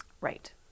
Right